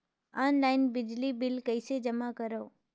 Online बिजली bill कइसे जमा करव?